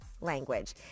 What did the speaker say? language